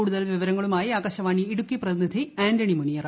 കൂടുതൽ വിവരങ്ങളുമായി ആകാശവാണി ഇടുക്കി പ്രതിനിധി ആന്റണി മുനിയറ